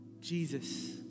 Jesus